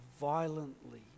violently